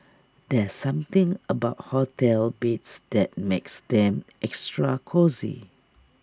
there's something about hotel beds that makes them extra cosy